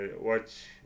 watch